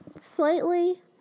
Slightly